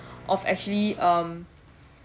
of actually um